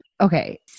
Okay